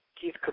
Keith